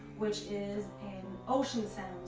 which is an ocean sound.